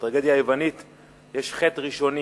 בטרגדיה היוונית יש חטא ראשוני.